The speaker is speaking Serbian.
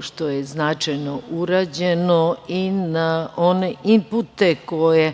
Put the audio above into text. što je značajno urađeno i na one inpute koje